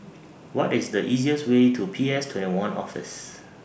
What IS The easiest Way to P S twenty one Office